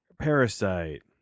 Parasite